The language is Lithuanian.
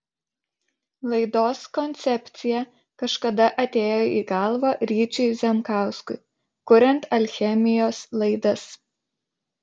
laidos koncepcija kažkada atėjo į galvą ryčiui zemkauskui kuriant alchemijos laidas